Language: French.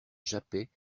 jappaient